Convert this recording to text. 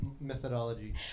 methodology